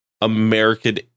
American